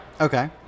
Okay